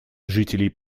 жителей